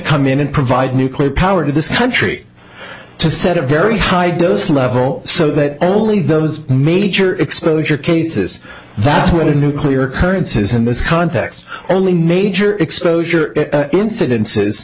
come in and provide nuclear power to this country to set a very high dose level so that only those major exposure cases that's where the nuclear currency is in this context only major exposure incidences